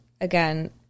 Again